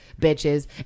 bitches